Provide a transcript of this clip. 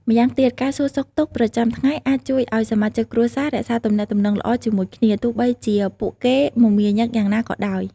ម្យ៉ាងទៀត ការសួរសុខទុក្ខប្រចាំថ្ងៃអាចជួយឲ្យសមាជិកគ្រួសាររក្សាទំនាក់ទំនងល្អជាមួយគ្នា ទោះបីជាពួកគេមមាញឹកយ៉ាងណាក៏ដោយ។